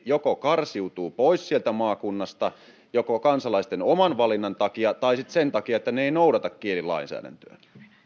karsiutuu pois sieltä maakunnasta joko kansalaisten oman valinnan takia tai sitten sen takia että he eivät noudata kielilainsäädäntöä